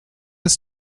ist